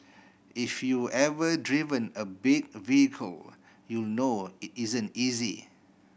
if you ever driven a big vehicle you know it isn't easy